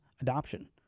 adoption